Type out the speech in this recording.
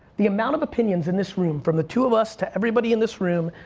the amount of opinions in this room, from the two of us to everybody in this room,